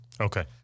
Okay